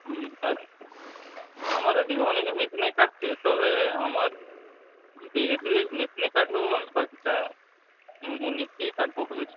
হুম তা ঠিক আমাদের এদিকে অনেকে মেশিনেই কাটছে তবে আমার দেড় দুই মেশিনে কাটলেও আমি বাকিটা দিয়েই কাটবো ভেবেছি